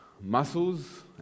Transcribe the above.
muscles